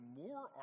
more